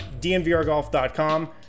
dnvrgolf.com